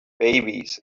babies